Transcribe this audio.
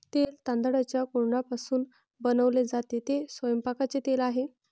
तेल तांदळाच्या कोंडापासून बनवले जाते, ते स्वयंपाकाचे तेल आहे